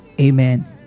Amen